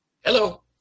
Hello